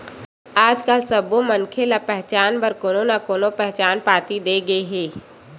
आजकाल सब्बो मनखे ल पहचान बर कोनो न कोनो पहचान पाती दे गे हे